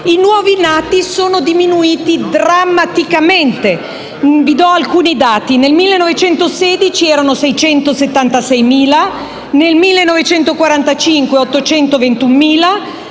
I nuovi nati sono diminuiti drammaticamente. Vi do alcuni dati. Nel 1916 erano 676.000, nel 1945 821.000,